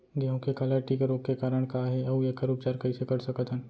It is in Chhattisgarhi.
गेहूँ के काला टिक रोग के कारण का हे अऊ एखर उपचार कइसे कर सकत हन?